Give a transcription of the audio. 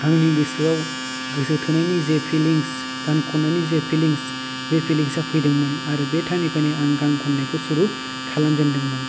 आंनि गोसोआव गेसो थोनायनि जे फिलिंस गान खननायनि जे फिलिंस बे फिलिंस आ फैदोंमोन आरो बे टाइम निफ्रायनो आङो गान खननायखौ सुरु खालामजेन्दोंमोन